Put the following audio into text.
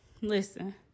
listen